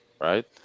right